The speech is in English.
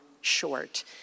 short